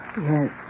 Yes